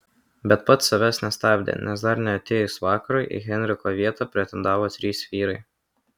bet pats savęs nestabdė nes dar neatėjus vakarui į henriko vietą pretendavo trys vyrai